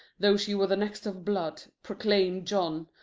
though she were the next of blood, proclaimed john,